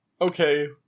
okay